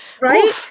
right